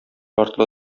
артлы